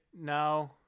No